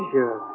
Sure